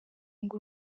ngo